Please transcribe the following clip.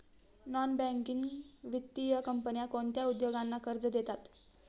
Non banking वित्तीय कंपन्या कोणत्या उद्योगांना कर्ज देतात?